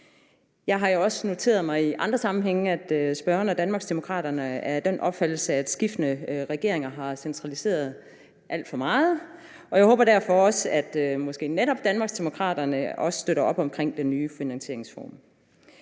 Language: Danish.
Jeg har jo også noteret mig i andre sammenhænge, at spørgeren og Danmarksdemokraterne er af den opfattelse, at skiftende regeringer har centraliseret alt for meget, og jeg håber derfor også, at måske netop Danmarksdemokraterne også støtter op om den nye finansieringsform.